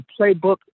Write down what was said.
playbook